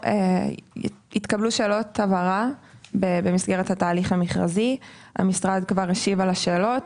התקבלו שאלות הבהרה במסגרת התהליך המכרזי שהמשרד כבר השיב עליהן.